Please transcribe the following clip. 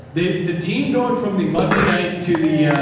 the, the team going from the monday night to the,